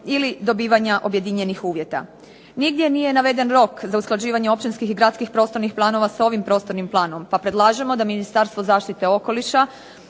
ili dobivanja objedinjenih uvjeta. Nigdje nije naveden rok za usklađivanje općinskih i gradskih prostornih planova sa ovim prostornim planom, pa predlažemo da Ministarstvo zaštite okoliša